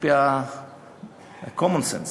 על-פי ה-common sense.